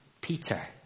Peter